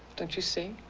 don't you see?